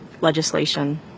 legislation